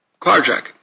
carjacking